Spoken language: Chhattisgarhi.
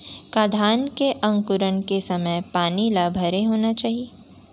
का धान के अंकुरण के समय पानी ल भरे होना चाही?